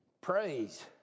Praise